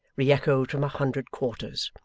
re-echoed from a hundred quarters.